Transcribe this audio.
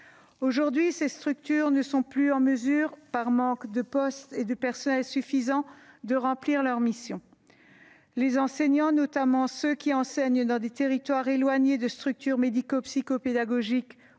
Aujourd'hui ces structures ne sont plus en mesure, par manque de postes et de personnels, de remplir leurs missions. Les enseignants, notamment ceux qui enseignent dans des territoires éloignés de structures médico-psycho-pédagogiques